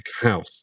house